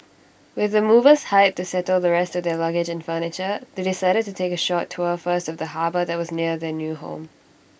with the movers hired to settle the rest of their luggage and furniture they decided to take A short tour first of the harbour that was near their new home